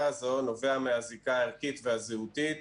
הזאת נובע מהזיקה הערכית והזהותית,